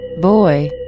Boy